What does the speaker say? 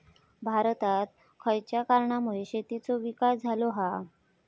भारतात खयच्या कारणांमुळे शेतीचो विकास झालो हा?